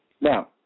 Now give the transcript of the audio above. Now